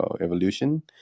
evolution